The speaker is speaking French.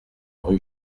rue